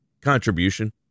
Contribution